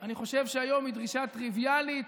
אני חושב שהיום היא דרישה טריוויאלית.